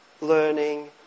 Learning